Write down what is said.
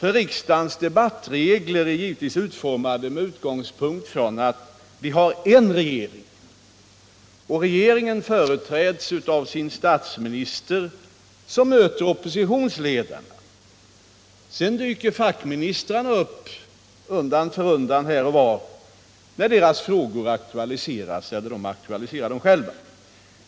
Riksdagens debattregler är givetvis utformade med utgångspunkt i att vi har en regering, som företräds av sin statsminister, vilken möter oppositionsledarna. Sedan dyker fackministrarna upp undan för undan här och var, när deras frågor aktualiseras eller de själva aktualiserar dem.